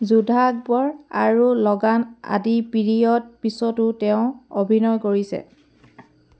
যোধা আকবৰ আৰু লগান আদি পিৰিয়ড পিছতো তেওঁ অভিনয় কৰিছে